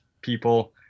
people